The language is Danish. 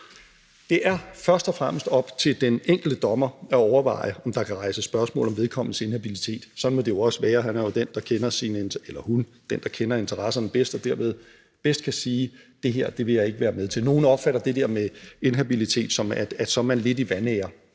Det er først og fremmest op til den enkelte dommer at overveje, om der kan rejses spørgsmål om vedkommendes inhabilitet. Sådan må det jo også være, for dommeren er jo den, der kender interesserne bedst og derved bedst kan sige: Det her vil jeg ikke være med til. Nogle opfatter det der med inhabilitet, som om man er lidt i vanære.